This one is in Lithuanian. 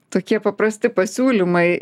tokie paprasti pasiūlymai